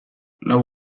lau